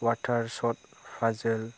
water sort puzzle